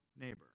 neighbor